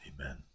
Amen